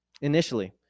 Initially